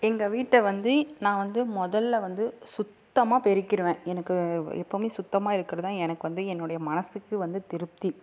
எங்கள் வீட்டே வந்து நான் வந்து முதல்ல வந்து சுத்தமாக பெருக்கிருவேன் எனக்கு எப்போவுமே சுத்தமாக இருக்கிறது தான் எனக்கு வந்து என்னுடைய மனசுக்கு வந்து திருப்தி